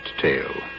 tale